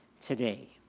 today